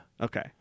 Okay